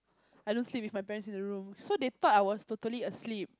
I don't sleep with my parents in the room so they thought I was totally asleep